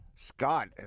Scott